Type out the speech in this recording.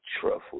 truffle